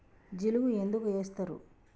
జిలుగు ఎందుకు ఏస్తరు?